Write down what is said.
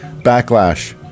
backlash